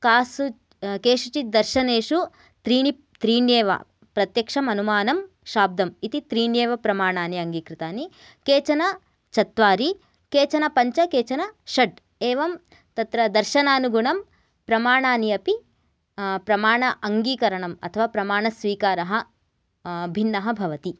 कासु केषुचित् दर्शनेषु त्रीणि त्रीण्येव प्रत्यक्षम् अनुमानं शाब्दम् इति त्रीण्येव प्रमाणानि अङ्गीकृतानि केचन चत्वारि केचन पञ्च केचन षट् एवं तत्र दर्शनानुगुणं प्रमाणानि अपि प्रमाणम् अङ्गीकरणम् अथवा प्रमाणस्वीकारः भिन्नः भवति